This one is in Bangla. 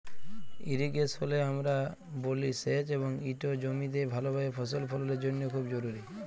ইরিগেশলে আমরা বলি সেঁচ এবং ইট জমিতে ভালভাবে ফসল ফললের জ্যনহে খুব জরুরি